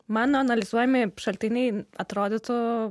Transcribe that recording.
mano analizuojami šaltiniai atrodytų